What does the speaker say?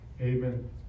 Amen